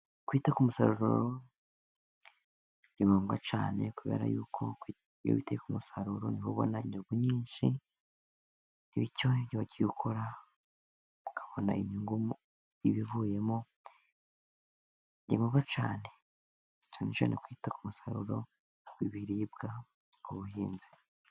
Kwita ku musaruro, ni ngombwa cyane kubera yuko iyo witaye ku musaruro niho ubona inyungu nyinshi, bityo iyo wagiye ukora, ukabona inyungu y'ibivuyemo, ni gombwa cyane. Cyane cyane kwita ku musaruro w'ibiribwa mu buhinzi.